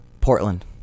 Portland